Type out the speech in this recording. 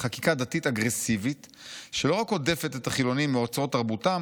חקיקה דתית אגרסיבית שלא רק הודפת את ה'חילונים' מאוצרות תרבותם